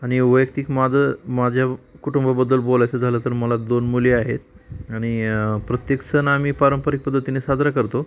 आणि वैयक्तिक माझं माझ्या व् कुटुंबाबद्दल बोलायचं झालं तर मला दोन मुली आहेत आणि प्रत्येक सण आम्ही पारंपरिक पद्धतीने साजरा करतो